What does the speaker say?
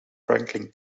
franklin